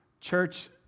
Church